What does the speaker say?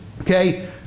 okay